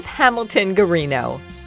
Hamilton-Garino